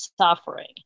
suffering